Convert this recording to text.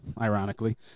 ironically